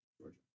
Georgia